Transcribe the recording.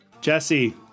Jesse